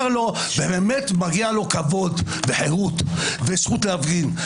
לו ומגיע לו כבוד וחירות וזכות להפגין,